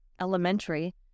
elementary